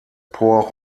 port